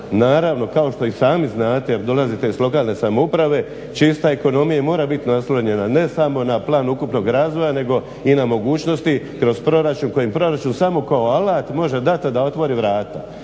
naravno kao što i sami znate, dolazite iz lokalne samouprave čista ekonomija i mora biti naslonjena ne samo na plan ukupnog razvoja nego i na mogućnosti kroz proračun, kojim proračun samo kao alat može dat da otvori vrata